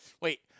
Wait